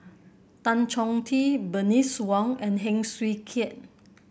Tan Chong Tee Bernice Wong and Heng Swee Keat